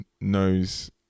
knows